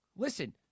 Listen